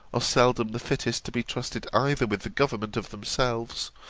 are seldom the fittest to be trusted either with the government of themselves,